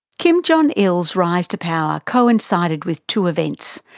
kim jong-il's rise to power coincided with two events.